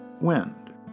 wind